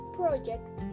project